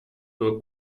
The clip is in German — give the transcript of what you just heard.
nur